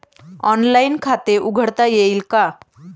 Online खाते उघडता येईल का?